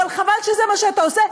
אבל חבל שזה מה שאתה עושה,